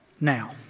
Now